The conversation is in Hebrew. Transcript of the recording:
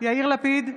יאיר לפיד,